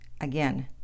Again